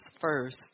first